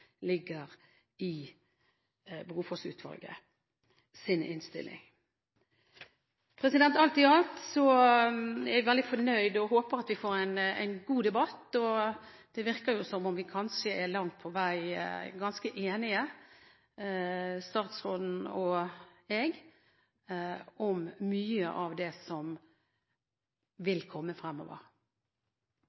ligger i Brofoss-utvalgets innstilling? Alt i alt er jeg veldig fornøyd og håper at vi får en god debatt. Det virker jo som om vi kanskje langt på vei er ganske enige, statsråden og jeg, om mye av det som vil komme fremover.